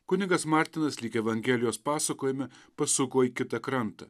kunigas martinas lyg evangelijos pasakojime pasuko į kitą krantą